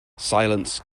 silence